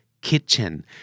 kitchen